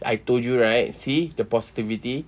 I told you right see the positivity